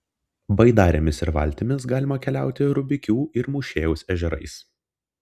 baidarėmis ir valtimis galima keliauti rubikių ir mūšėjaus ežerais